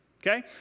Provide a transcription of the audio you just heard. okay